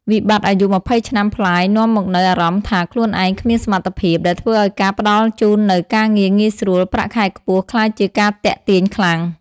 វិបត្តិអាយុ២០ ឆ្នាំប្លាយនាំមកនូវអារម្មណ៍ថាខ្លួនឯង "គ្មានសមត្ថភាព" ដែលធ្វើឱ្យការផ្តល់ជូននូវ "ការងារងាយស្រួល ប្រាក់ខែខ្ពស់" ក្លាយជាការទាក់ទាញខ្លាំង។